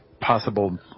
possible